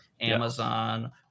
Amazon